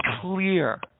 clear